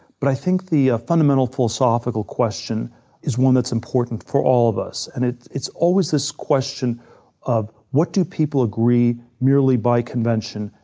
but i think the ah fundamental philosophical question is one that's important for all of us. and it's it's always this question of what do people agree merely by convention,